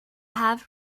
have